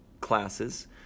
classes